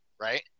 right